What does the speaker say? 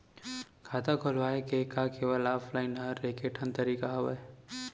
खाता खोलवाय के का केवल ऑफलाइन हर ऐकेठन तरीका हवय?